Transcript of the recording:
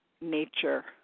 nature